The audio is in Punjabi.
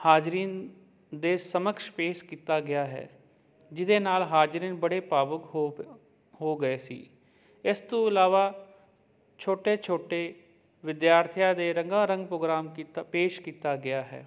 ਹਾਜ਼ਰੀਨ ਦੇ ਸਮਕਸ਼ ਪੇਸ਼ ਕੀਤਾ ਗਿਆ ਹੈ ਜਿਹਦੇ ਨਾਲ ਹਾਜ਼ਰ ਨੇ ਬੜੇ ਭਾਵਕ ਹੋ ਹੋ ਗਏ ਸੀ ਇਸ ਤੋਂ ਇਲਾਵਾ ਛੋਟੇ ਛੋਟੇ ਵਿਦਿਆਰਥੀਆਂ ਦੇ ਰੰਗਾਂ ਰੰਗ ਪ੍ਰੋਗਰਾਮ ਕੀਤਾ ਪੇਸ਼ ਕੀਤਾ ਗਿਆ ਹੈ